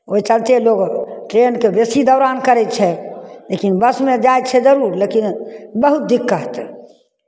ओहि चलते लोग ट्रेनके बेसी दौड़ान करै छै लेकिन बसमे जाइ छै जरूर लेकिन बहुत दिक्कत